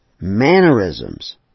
Mannerisms